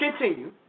Continue